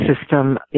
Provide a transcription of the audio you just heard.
system